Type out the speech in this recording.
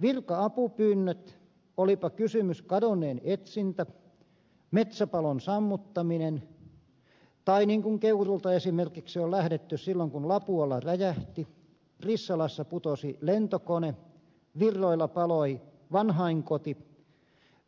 virka apupyynnöt olipa kysymys kadonneen etsinnästä metsäpalon sammuttamisesta tai siitä kun keuruulta esimerkiksi on lähdetty silloin kun lapualla räjähti rissalassa putosi lentokone virroilla paloi vanhainkoti